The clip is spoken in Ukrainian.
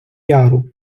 яру